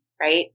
right